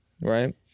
right